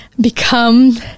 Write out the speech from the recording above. become